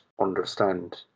understand